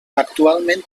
actualment